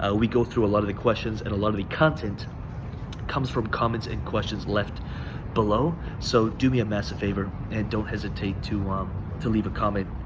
we go through a lot of the questions and a lot of the content comes from comments and questions left below. so, do me a massive favor and don't hesitate to um to leave a comment.